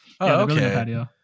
okay